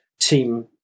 team